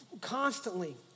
constantly